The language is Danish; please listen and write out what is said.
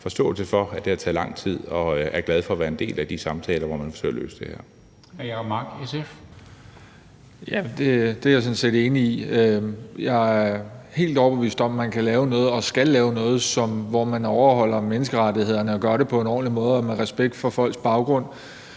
forståelse for har taget lang tid. Vi er glade for at være en del af de samtaler, hvori man søger at løse det her. Kl. 14:05 Formanden (Henrik Dam Kristensen): Hr. Jacob Mark, SF. Kl. 14:05 Jacob Mark (SF): Det er jeg sådan set enig i. Jeg er helt overbevist om, at man kan lave noget og skal lave noget, så man overholder menneskerettighederne og gør det på en ordentlig måde og med respekt for folks baggrund.